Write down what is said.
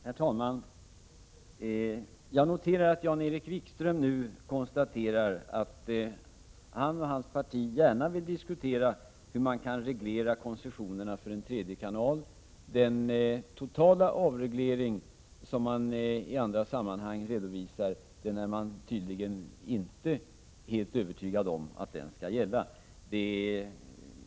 Herr talman! Jag noterar att Jan-Erik Wikström nu konstaterar att han och hans parti gärna vill diskutera hur man kan reglera koncessionerna för en tredje kanal. Den totala avreglering som man i andra sammanhang talar om är man tydligen inte helt övertygad om skall gälla.